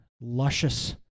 luscious